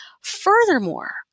Furthermore